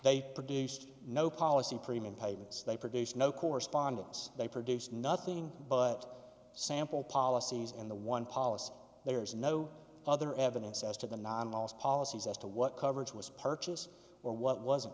they produced no policy premium payments they produce no correspondence they produce nothing but sample policies in the one policy there is no other evidence as to the non most policies as to what coverage was purchased or what wasn't